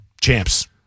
champs